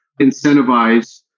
incentivize